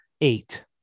eight